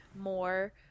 more